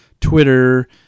Twitter